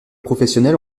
professionnels